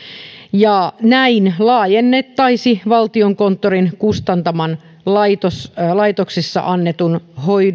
ja näin laajennettaisiin valtiokonttorin kustantamaan laitoksissa laitoksissa annettuun